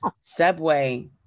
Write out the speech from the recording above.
Subway